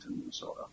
Minnesota